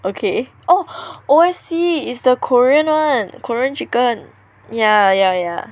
okay oh O_F_C it's the korean one korean chicken yeah yeah yeah